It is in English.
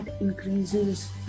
increases